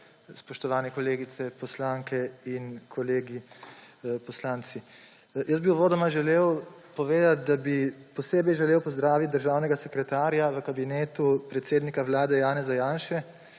spoštovane kolegice poslanke in kolegi poslanci! Uvodoma bi želel povedati, da bi posebej želel pozdraviti državnega sekretarja v kabinetu predsednika Vlade Janeza Janše,